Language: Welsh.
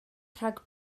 rhag